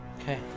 Okay